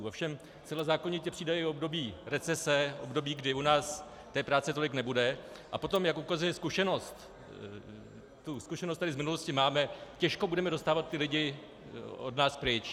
Ovšem zcela zákonitě přijde i období recese, období, kdy u nás té práce tolik nebude, a potom, jak ukazuje zkušenost, tu zkušenost tady z minulosti máme, těžko budeme dostávat ty lidi od nás pryč.